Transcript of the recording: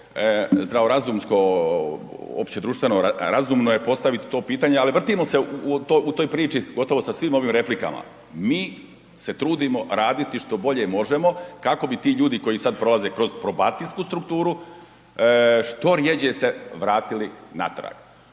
zdravorazumsko općedruštveno, razumno je postaviti to pitanje ali vrtimo se u toj priči gotovo sa svim ovim replikama. Mi se trudimo raditi što bolje možemo kako bi ti ljudi koji sada prolaze kroz probacijsku strukturu što rjeđe se vratili natrag.